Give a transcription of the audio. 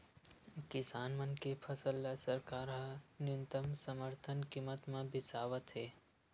किसान मन के फसल ल सरकार ह न्यूनतम समरथन कीमत म बिसावत हे